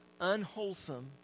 unwholesome